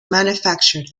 manufactured